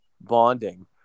bonding